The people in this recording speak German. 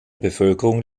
bevölkerung